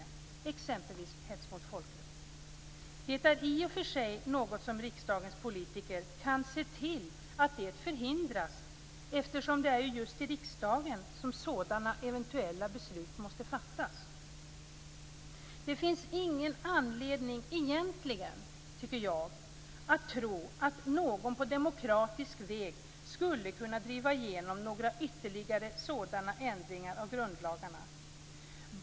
Det gäller exempelvis hets mot folkgrupp. Det är i och för sig något som riksdagens politiker kan se till att förhindra, eftersom det är just riksdagen som måste fatta sådana eventuella beslut. Jag tycker egentligen inte att det finns någon anledning att tro att någon på demokratisk väg skulle kunna driva igenom några ytterligare sådana ändringar av grundlagarna.